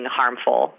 harmful